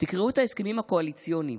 תקראו את ההסכמים הקואליציוניים.